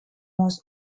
most